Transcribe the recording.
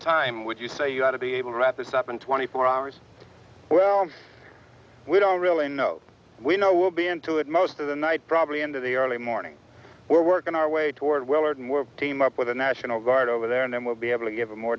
time would you say you had to be able to wrap this up in twenty four hours well we don't really know we know we'll be into it most of the night probably into the early morning we're working our way toward will team up with the national guard over there and then we'll be able to give a more